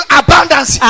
abundance